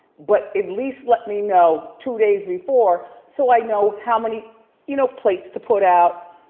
but at least let me know two days before so i know how many you know plates to put out,